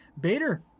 Bader